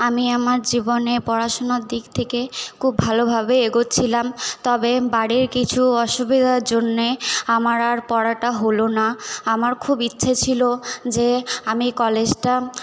আমি আমার জীবনে পড়াশুনার দিক থেকে খুব ভালোভাবে এগোচ্ছিলাম তবে বাড়ির কিছু অসুবিধার জন্যে আমার আর পড়াটা হলো না আমার খুব ইচ্ছে ছিল যে আমি কলেজটা